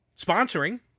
sponsoring